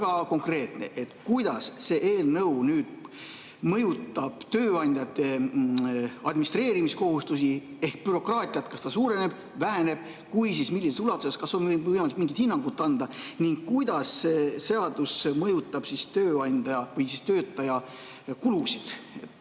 väga konkreetne. Kuidas see eelnõu mõjutab tööandjate administreerimiskohustusi ehk bürokraatiat? Kas see suureneb või väheneb? Kui jah, siis millises ulatuses? Kas on võimalik mingit hinnangut anda? Kuidas see seadus mõjutab tööandja või töötaja kulusid?